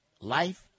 Life